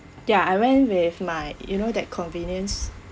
ya I went with my you know that convenience